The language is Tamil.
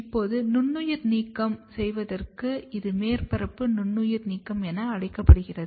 இப்போது நுண்ணுயிர் நீக்கம் செய்வதற்கு இது மேற்பரப்பு நுண்ணுயிர் நீக்கம் என அழைக்கப்படுகிறது